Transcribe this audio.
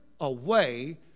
away